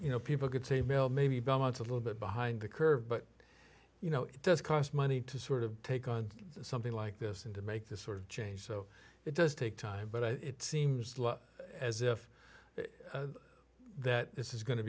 you know people could say mail maybe balance a little bit behind the curve but you know it does cost money to sort of take on something like this and to make this sort of change so it does take time but it seems as if that this is going to